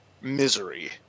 misery